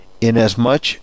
Inasmuch